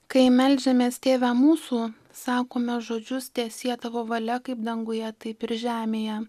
kai meldžiamės tėve mūsų sakome žodžius teesie tavo valia kaip danguje taip ir žemėje